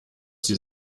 sie